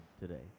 today